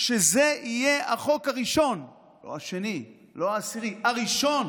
שזה יהיה החוק הראשון, לא השני, לא העשירי, הראשון